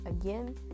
Again